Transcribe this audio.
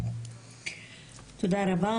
תודה רבה.